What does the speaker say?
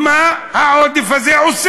מה, מה לעשות.